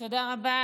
תודה רבה.